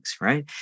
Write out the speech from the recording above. right